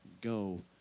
Go